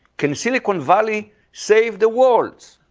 can silicon valley saved the world?